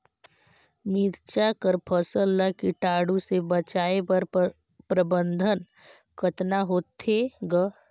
मिरचा कर फसल ला कीटाणु से बचाय कर प्रबंधन कतना होथे ग?